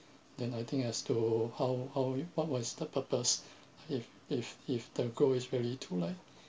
then I think as to how how what was the purpose if if if the group is really to like